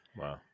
Wow